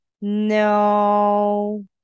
no